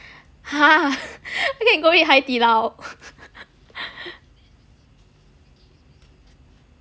!huh! I can go eat 海底捞